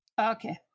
Okay